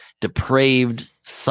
depraved